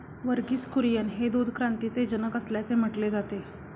वर्गीस कुरियन हे दूध क्रांतीचे जनक असल्याचे म्हटले जाते